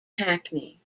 hackney